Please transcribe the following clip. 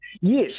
Yes